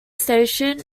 station